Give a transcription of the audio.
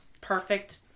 perfect